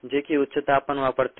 जे की उच्च तापमान वापरते